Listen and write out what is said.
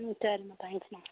ம் சரிமா தேங்க்ஸ்மா